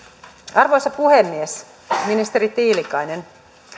arvoisa puhemies ministeri tiilikainen